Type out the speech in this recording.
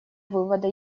вывода